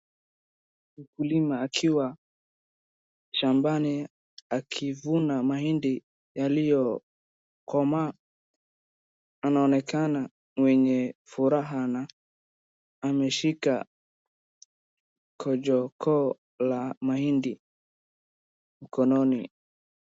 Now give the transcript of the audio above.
Mkulima akiwa shambani akivuna mahindi yaliyokomaa. Anaonekana mwenye furaha na ameshika kojokoo la mahindi mkononi.